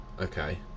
Okay